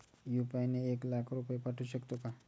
UPI ने एक लाख रुपये पाठवू शकतो का?